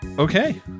Okay